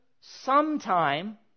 sometime